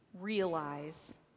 realize